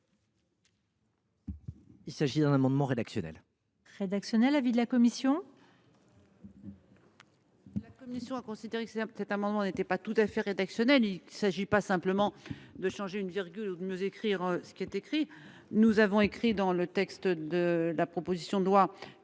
Il s’agit d’un amendement rédactionnel. Quel est l’avis de la commission ? La commission a considéré que cet amendement n’était pas tout à fait rédactionnel : il ne s’agit pas simplement de changer une virgule ou de mieux écrire ce qui est écrit. Nous avons écrit, dans le texte de la proposition de loi,